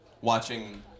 watching